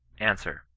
answer.